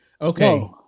okay